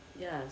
Yes